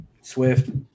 Swift